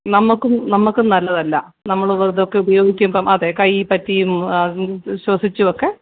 നമുക്കും നമുക്കും നല്ലതല്ല നമ്മളിത് ഇതൊക്കെ ഉപയോഗിക്കുമ്പോള് അതെ കൈയില് പറ്റിയും ശ്വസിച്ചുമൊക്കെ